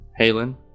Halen